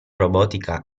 robotica